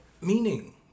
meaning